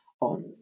on